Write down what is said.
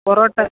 parotta